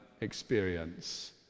experience